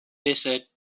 desert